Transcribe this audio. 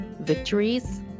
victories